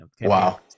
Wow